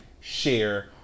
share